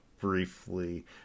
briefly